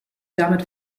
damit